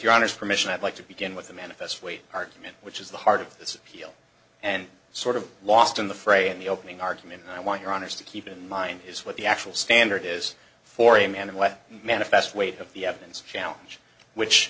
your honor's permission i'd like to begin with the manifest weight argument which is the heart of this and sort of lost in the fray in the opening argument and i want your honour's to keep in mind is what the actual standard is for a man and what manifest weight of the evidence challenge which